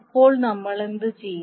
അപ്പോൾ നമ്മൾ എന്തു ചെയ്യും